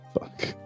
Fuck